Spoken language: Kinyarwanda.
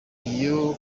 iyo